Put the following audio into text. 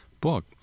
book